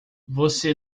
você